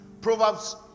Proverbs